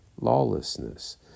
lawlessness